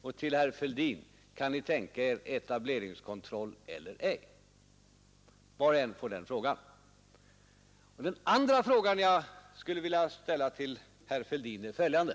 Och jag frågar herr Fälldin: Kan Ni tänka Er etableringskontroll eller ej? Var och en får den frågan. Den andra frågan som jag skulle vilja ställa till herr Fälldin gäller följande.